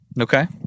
Okay